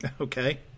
Okay